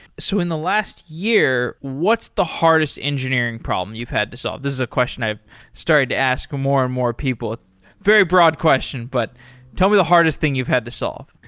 so in the last year, what's the hardest engineering problem you've had to solve? this is a question i've started to ask more and more people. it's a very broad question, but tell me the hardest thing you've had to solve.